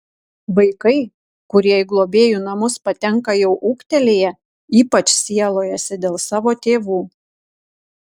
vaikai kurie į globėjų namus patenka jau ūgtelėję ypač sielojasi dėl savo tėvų